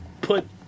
put